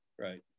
Right